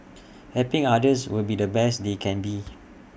helping others be the best they can be